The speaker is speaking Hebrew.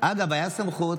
אגב, הייתה סמכות